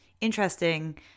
interesting